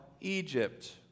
Egypt